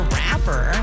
rapper